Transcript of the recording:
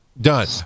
Done